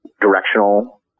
directional